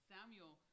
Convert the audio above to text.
Samuel